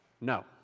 no